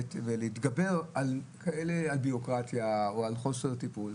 ולהתגבר על בירוקרטיה או על חוסר טיפול.